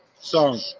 song